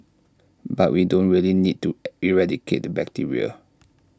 but we don't really need to eradicate the bacteria